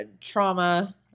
trauma